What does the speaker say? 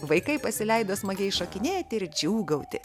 vaikai pasileido smagiai šokinėti ir džiūgauti